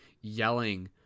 Yelling